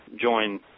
join